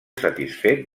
satisfet